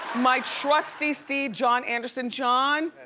my trustee steve john anderson, john?